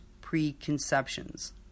preconceptions